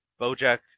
bojack